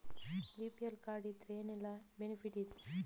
BPL card ಇದ್ರೆ ಏನೆಲ್ಲ benefit ಇದೆ?